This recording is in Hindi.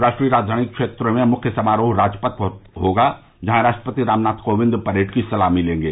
राष्ट्रीय राजधानी क्षेत्र में मुख्य समारोह राजपथ पर होगा जहां राष्ट्रपति रामनाथ कोविंद परेड की सलामी लेंगे